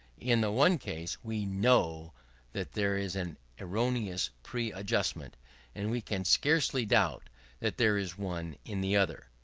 in the one case, we know that there is an erroneous preadjustment and we can scarcely doubt that there is one in the other.